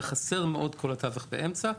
וחסר מאוד כל התווך באמצע,